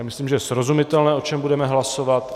Myslím, že je srozumitelné, o čem budeme hlasovat.